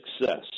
success